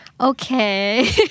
Okay